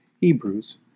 Hebrews